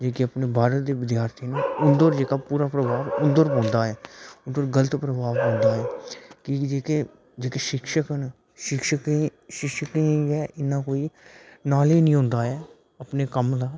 जेह्के अपने बाह्रै दे विद्यार्थी न उंदे उप्पर जेह्का पूरा प्रभाव उंदे पर पौंदा ऐ उंदे पर गलत प्रभाव पौंदा ऐ की जेह्के जेह्के शिक्षक न गै इन्ना कोई नॉलेज़ निं होंदा ऐ अपने कम्म दा